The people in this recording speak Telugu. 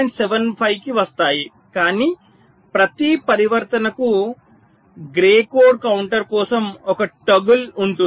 75 కి వస్తాయి కానీ ప్రతి పరివర్తనకు గ్రే కోడ్ కౌంటర్ కోసం ఒక టోగుల్ ఉంటుంది